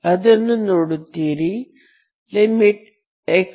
ಅದನ್ನು ನೋಡುತ್ತೀರಿ x